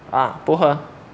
我啊不喝